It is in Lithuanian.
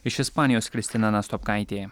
iš ispanijos kristina nastopkaitė